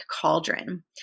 Cauldron